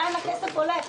לאן הכסף הולך.